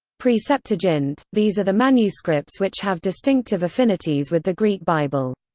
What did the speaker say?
pre-septuagint these are the manuscripts which have distinctive affinities with the greek bible.